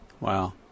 Wow